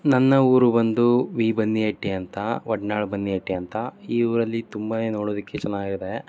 ನನ್ನ ಊರು ಬಂದು ವಿ ಬನ್ನಿ ಹಟ್ಟಿ ಅಂತ ವಡ್ನಾಡು ಬನ್ನಿ ಹಟ್ಟಿ ಅಂತ ಈ ಊರಲ್ಲಿ ತುಂಬಾ ನೋಡೋದಿಕ್ಕೆ ಚೆನ್ನಾಗಿದೆ